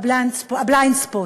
ה-Blindspot.